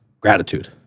Gratitude